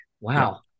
Wow